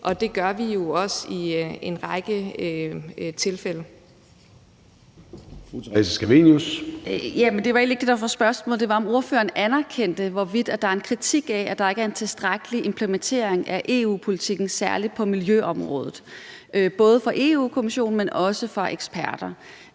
Theresa Scavenius (UFG): Jamen det var egentlig ikke det, der var spørgsmålet. Det var, om ordføreren anerkender, at der er en kritik af, at der ikke er en tilstrækkelig implementering af EU-politikken på særlig miljøområdet – både fra Europa-Kommissionen, men også fra eksperter.